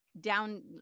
down